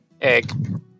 Egg